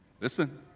listen